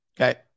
Okay